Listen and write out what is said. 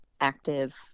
active